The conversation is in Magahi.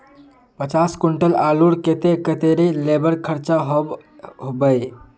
पचास कुंटल आलूर केते कतेरी लेबर खर्चा होबे बई?